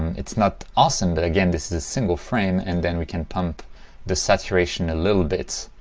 it's not awesome but again this is a single frame and then we can pump the saturation a little bit